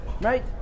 Right